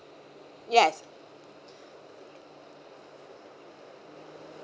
yes